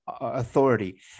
authority